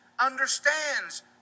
understands